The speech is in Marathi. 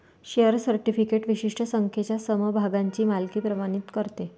शेअर सर्टिफिकेट विशिष्ट संख्येच्या समभागांची मालकी प्रमाणित करते